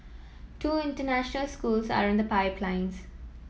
two international schools are in the pipeline